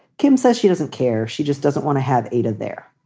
kim says she doesn't care. she just doesn't want to have eight of their